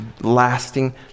lasting